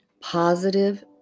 positive